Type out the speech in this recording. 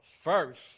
First